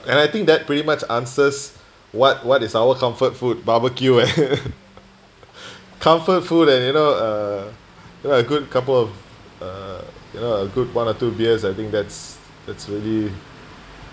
and I think that pretty much answers what what is our comfort food barbecue and comfort food and you know uh you know a good couple of uh you know good one or two beers I think that's that's really